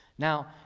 now,